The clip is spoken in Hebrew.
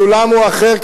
הסולם הוא אחר,